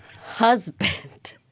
Husband